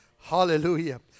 Hallelujah